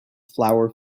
flower